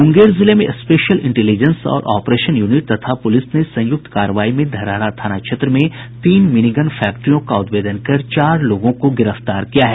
मुंगेर जिले में special intelligence और ऑपरेशन यूनिट तथा पुलिस ने संयुक्त कार्रवाई में धरहरा थाना क्षेत्र में तीन मिनीगन फैक्ट्ररियों का उद्भेदन कर चार लोगों को गिरफ्तार किया है